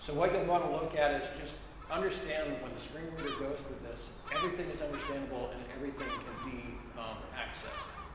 so what you'll want to look at is just understand when the screen reader goes through this, everything is understandable and everything can be accessed.